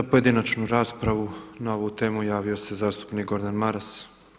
Za pojedinačnu raspravu na ovu temu javio se zastupnik Gordan Maras.